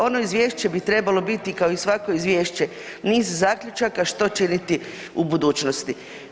Ono izvješće biti trebalo kao i svako izvješće, niz zaključaka što činiti u budućnosti.